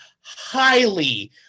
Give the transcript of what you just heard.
highly